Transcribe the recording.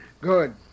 Good